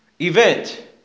event